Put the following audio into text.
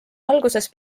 alguses